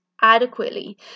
adequately